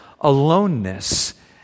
Aloneness